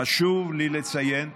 חשוב לי לציין,